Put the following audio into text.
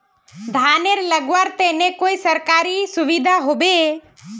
धानेर लगवार तने कोई सरकारी सुविधा होबे?